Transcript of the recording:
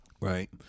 Right